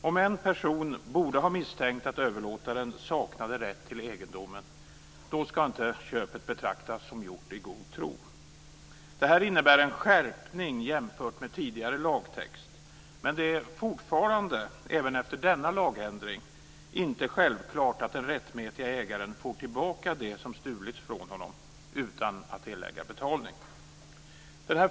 Om en person borde ha misstänkt att överlåtaren saknade rätt till egendomen skall inte köpet betraktas som gjort i god tro. Detta innebär en skärpning jämfört med tidigare lagtext men det är fortfarande, även efter denna lagändring, inte självklart att den rättmätige ägaren får tillbaka det som stulits från honom utan att erlägga betalning.